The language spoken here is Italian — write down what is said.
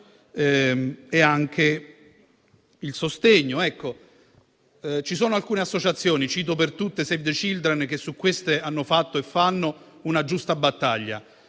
e anche il sostegno. Ci sono alcune associazioni - cito per tutte Save the Children - che su questo hanno fatto e fanno una giusta battaglia.